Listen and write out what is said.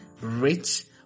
rich